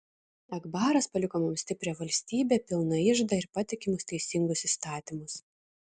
akbaras paliko mums stiprią valstybę pilną iždą ir patikimus teisingus įstatymus